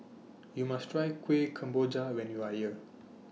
YOU must Try Kuih Kemboja when YOU Are here